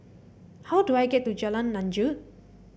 how do I get to Jalan Lanjut